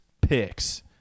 Picks